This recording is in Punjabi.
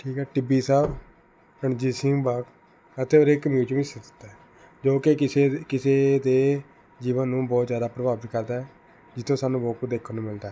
ਠੀਕ ਹੈ ਟਿੱਬੀ ਸਾਹਿਬ ਰਣਜੀਤ ਸਿੰਘ ਬਾਗ ਅਤੇ ਉਰੇ ਇੱਕ ਮਿਊਜ਼ੀਅਮ ਸਥਿਤ ਹੈ ਜੋ ਕਿ ਕਿਸੇ ਦੇ ਕਿਸੇ ਦੇ ਜੀਵਨ ਨੂੰ ਬਹੁਤ ਜ਼ਿਆਦਾ ਪ੍ਰਭਾਵਿਤ ਕਰਦਾ ਹੈ ਜਿੱਥੇ ਉਹ ਸਾਨੂੰ ਮੁਫ਼ਤ ਦੇਖਣ ਨੂੰ ਮਿਲਦਾ ਹੈ